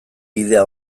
ideia